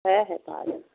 হ্যাঁ হ্যাঁ পাওয়া যাবে